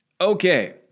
Okay